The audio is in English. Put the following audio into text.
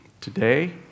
today